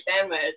sandwich